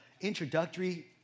introductory